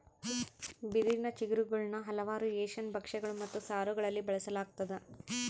ಬಿದಿರಿನ ಚಿಗುರುಗುಳ್ನ ಹಲವಾರು ಏಷ್ಯನ್ ಭಕ್ಷ್ಯಗಳು ಮತ್ತು ಸಾರುಗಳಲ್ಲಿ ಬಳಸಲಾಗ್ತದ